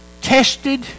tested